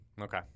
Okay